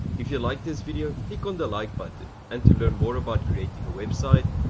if you liked this video click on the like button, and to learn more about creating a website,